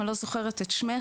אני לא זוכרת את שמך,